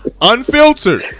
Unfiltered